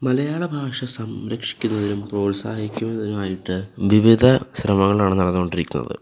മലയാള ഭാഷ സംരക്ഷിക്കുന്നതിനും പ്രോത്സാഹിക്കുന്നതിനുമായിട്ട് വിവിധ ശ്രമങ്ങളാണ് നടന്നുകൊണ്ടിരിക്കുന്നത്